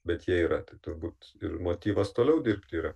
bet jie yra tai turbūt ir motyvas toliau dirbti yra